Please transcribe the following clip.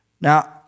Now